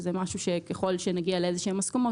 זה משהו שככל שנגיע לאיזה שהן הסכמות,